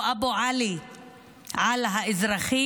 הוא עושה אבו עלי על האזרחים,